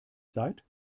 seid